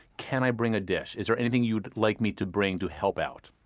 can i bring a dish? is there anything you would like me to bring to help out?